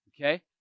okay